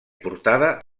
portada